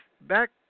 back